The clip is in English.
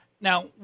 Now